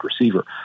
receiver